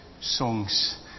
songs